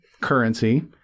currency